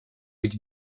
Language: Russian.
быть